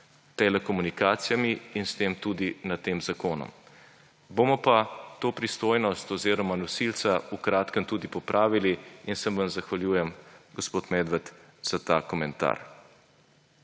telekomunikacijami in s tem tudi nad tem zakonom. Bomo pa to pristojnost oziroma nosilca v kratkem tudi popravili in se vam zahvaljujem, gospod Medved, za ta komentar.